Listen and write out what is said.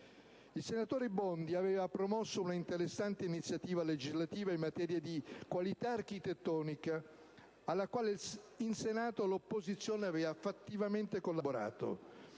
Il senatore Bondi aveva promosso una interessante iniziativa legislativa in materia di qualità architettonica, alla quale in Senato l'opposizione aveva fattivamente collaborato.